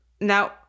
now